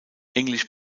english